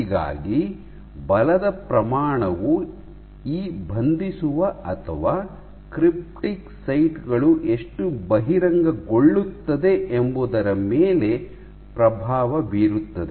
ಹೀಗಾಗಿ ಬಲದ ಪ್ರಮಾಣವು ಈ ಬಂಧಿಸುವ ಅಥವಾ ಕ್ರಿಪ್ಟಿಕ್ ಸೈಟ್ ಗಳು ಎಷ್ಟು ಬಹಿರಂಗಗೊಳ್ಳುತ್ತದೆ ಎಂಬುದರ ಮೇಲೆ ಪ್ರಭಾವ ಬೀರುತ್ತದೆ